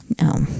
No